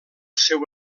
seu